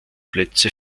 plätze